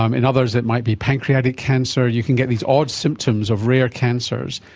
um in others it might be pancreatic cancer. you can get these odd symptoms of rare cancers.